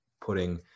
putting